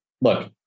Look